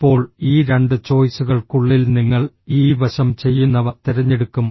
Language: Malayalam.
ഇപ്പോൾ ഈ 2 ചോയ്സുകൾക്കുള്ളിൽ നിങ്ങൾ ഈ വശം ചെയ്യുന്നവ തിരഞ്ഞെടുക്കും